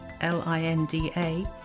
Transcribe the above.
L-I-N-D-A